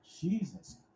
Jesus